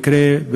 במקרה,